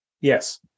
yes